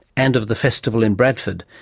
and of the festival in bradford.